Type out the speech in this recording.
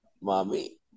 Mommy